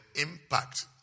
impact